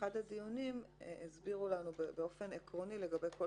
באחד הדיונים הסבירו לנו באופן עקרוני לגבי כל